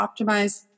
optimize